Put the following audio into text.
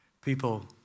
People